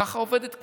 ככה עובדת כנסת.